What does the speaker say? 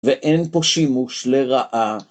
ואין פה שימוש לרעה.